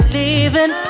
leaving